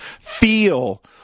feel